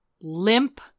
limp